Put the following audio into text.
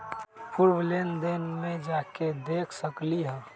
पूर्व लेन देन में जाके देखसकली ह?